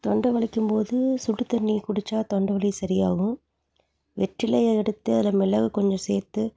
தொண்ட வலிக்கும்போது சுடு தண்ணி குடிச்சால் தொண்டை வலி சரியாகும் வெற்றிலையை எடுத்து அதில் மிளகை கொஞ்சம் சேர்த்து